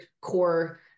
core